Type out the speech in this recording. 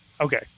Okay